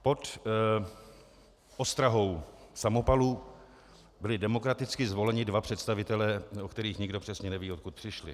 Pod ostrahou samopalů byli demokraticky zvoleni dva představitelé, o kterých nikdo přesně neví, odkud přišli.